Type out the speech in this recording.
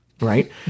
right